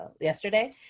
yesterday